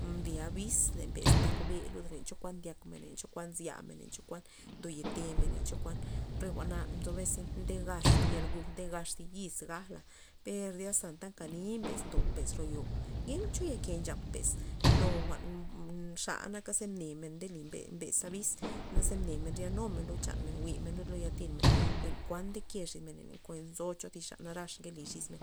Nly abis le mbe's ntakbe lud re chokuan ndyak men len chokuan nzya men len chokuan ndoyotemen len chokuan re jwa'na' nzo bez ze gax thi yalguj nde gax thi yiz gaj la', per zya ze anta nkani mbe's ndo mbe's ro yo ngencho yake nap mbe's lo jwa'n xa naka ze ne men nde li- nli mbe's abis naze mne men rea numen lud chan men jwi'men lud lo ya thin men en kuann- ndeke xis men len kuan nzo cho zi xa narax nkeli xis men,